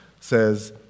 says